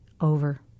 over